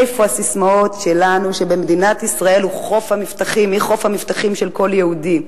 איפה הססמאות שלנו שמדינת ישראל היא חוף המבטחים של כל יהודי?